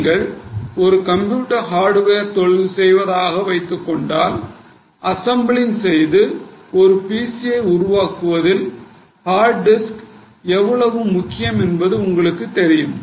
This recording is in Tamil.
நீங்கள் ஒரு கம்ப்யூட்டர் ஹார்டுவேர் தொழில் செய்வதாக வைத்துக் கொள்ளுங்கள் அசம்பிளிங் செய்து ஒரு PC யை வசதி ஹார்ட் டிஸ்க் எவ்வளவு முக்கியம் என்பது உங்களுக்குத் தெரியும்